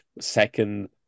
second